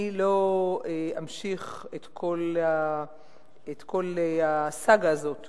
אני לא אמשיך את כל הסאגה הזאת